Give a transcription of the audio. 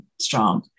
strong